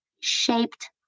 shaped